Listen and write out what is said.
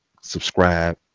subscribe